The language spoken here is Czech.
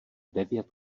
devět